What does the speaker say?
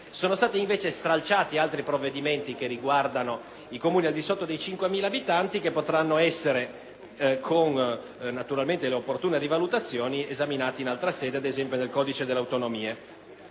Sono stati invece stralciati altri provvedimenti che riguardano i Comuni al di sotto dei 5.000 abitanti, che potranno essere, con opportune rivalutazioni, esaminati in altra sede, ad esempio nel codice delle autonomie.